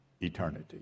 eternity